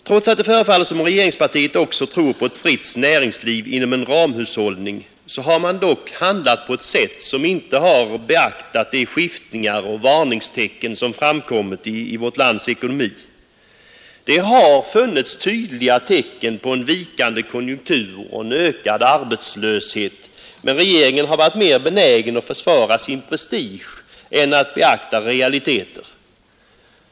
Trots att det förefaller som om regeringspartiet också tror på ett fritt näringsliv inom en ramhushållning, har man dock handlat på ett sätt som inte har beaktat de skiftningar och varningstecken som har framkommit i vårt lands ekonomi, Det har funnits tydliga tecken på en vikande konjunktur och en ökad arbetslöshet, men regeringen har varit mera benägen att försvara sin prestige än att beakta realiteter.